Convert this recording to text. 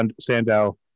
sandow